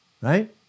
right